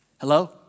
Hello